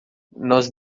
nós